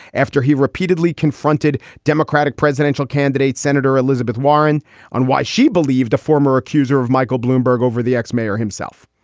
after he repeatedly confronted democratic presidential candidate senator elizabeth warren on why she believed a former accuser of michael bloomberg over the ex-mayor himself.